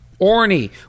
Orny